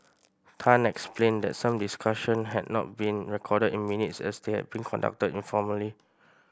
Tan explained that some discussions had not been recorded in minutes as they had been conducted informally